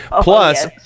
Plus